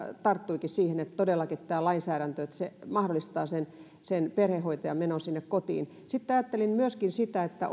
tarttuikin että todellakin tämä lainsäädäntö mahdollistaa perhehoitajan menon sinne kotiin sitten ajattelin myöskin sitä että